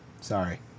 Sorry